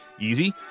Easy